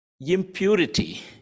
Impurity